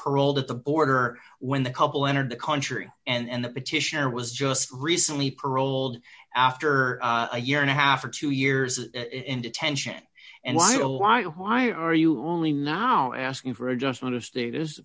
paroled at the border when the couple entered the country and the petitioner was just recently paroled after a year and a half or two years in detention and why oh why why are you only now asking for adjustment of stat